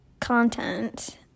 content